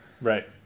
right